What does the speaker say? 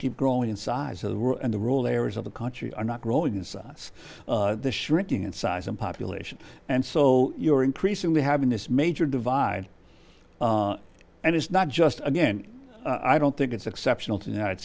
keep growing in size of the world and the rule areas of the country are not growing in size the shrinking in size and population and so you're increasingly having this major divide and it's not just again i don't think it's exceptional to the united